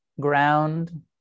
ground